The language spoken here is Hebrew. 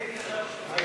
הוא תומך.